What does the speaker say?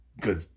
good